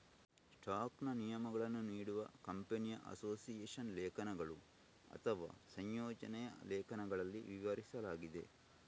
ಸ್ಟಾಕ್ನ ನಿಯಮಗಳನ್ನು ನೀಡುವ ಕಂಪನಿಯ ಅಸೋಸಿಯೇಷನ್ ಲೇಖನಗಳು ಅಥವಾ ಸಂಯೋಜನೆಯ ಲೇಖನಗಳಲ್ಲಿ ವಿವರಿಸಲಾಗಿದೆ